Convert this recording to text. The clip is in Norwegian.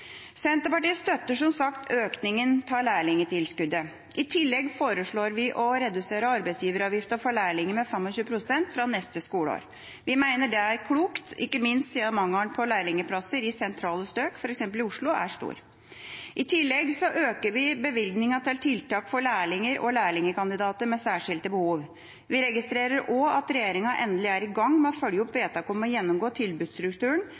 Senterpartiet støtter som sagt økninga av lærlingtilskuddet. I tillegg foreslår vi å redusere arbeidsgiveravgifta for lærlinger med 25 pst. fra neste skoleår. Vi mener det er klokt, ikke minst siden mangelen på lærlingplasser i sentrale strøk, f.eks. i Oslo, er stor. I tillegg øker vi bevilgninga til tiltak for lærlinger og lærlingkandidater med særskilte behov. Vi registrerer også at regjeringa endelig er i gang med å følge opp vedtaket om å gjennomgå tilbudsstrukturen,